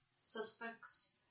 Suspects